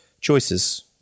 choices